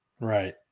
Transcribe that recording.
Right